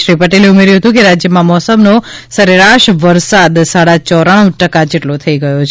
શ્રી પટેલે ઉમેર્યું હતું કે રાજ્યમાં મોસમનો સરેરાશ વરસાદ સાડા ચોરાણું ટકા જેટલો થઈ ગયો છે